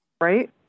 Right